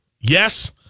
yes